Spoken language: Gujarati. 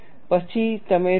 પછી તમે રોકો